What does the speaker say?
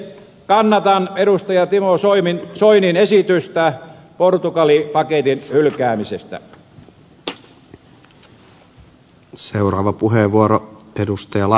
kannatan edustaja timo soinin esitystä portugali paketin hylkäämisestä